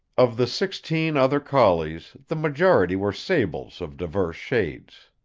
of the sixteen other collies the majority were sables of divers shades.